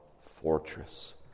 fortress